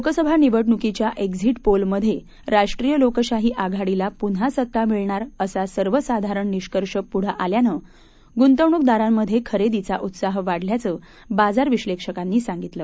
लोकसभा निवडणुकीच्या exit poll मधे राष्ट्रीय लोकशाही आघाडीला पुन्हा सत्ता मिळणार असा सर्वसाधारण निष्कर्ष पुढं आल्यानं गुंतवणुकदारांमधे खरेदीचा उत्साह वाढल्याचं बाजार विश्लेषकांनी सांगितलं